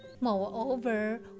Moreover